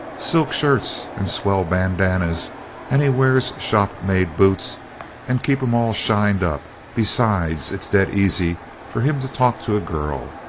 silk shirts and swell bandannas and he wears shopmade boots and keep em all shined up. besides, it's dead easy for him to talk to a girl.